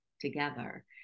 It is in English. together